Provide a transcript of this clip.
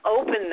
open